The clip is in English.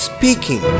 Speaking